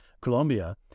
Colombia